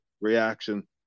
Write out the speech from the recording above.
reaction